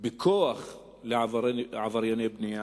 בכוח לעברייני בנייה,